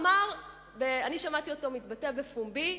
אני שמעתי אותו מתבטא בפומבי,